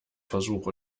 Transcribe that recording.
versuch